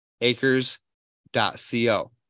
acres.co